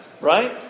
right